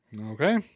Okay